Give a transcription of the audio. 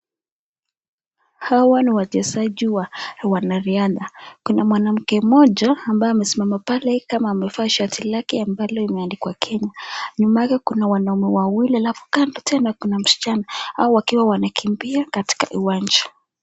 Hawa ni wachezaji wa wanariadha. Kuna mwanamke mmoja ambaye amesimama pale kama amevaa shati lake amabalo limeandikwa Kenya. Nyuma yake kuna wanaume wawili alafu kando tena kuna msichana hao wakiwa wanakimbia katika uwanja.